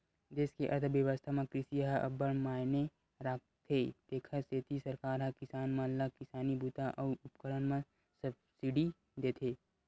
देस के अर्थबेवस्था म कृषि ह अब्बड़ मायने राखथे तेखर सेती सरकार ह किसान मन ल किसानी बूता अउ उपकरन म सब्सिडी देथे